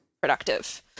productive